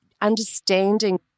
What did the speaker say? understanding